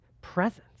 presence